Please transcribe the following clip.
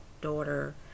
daughter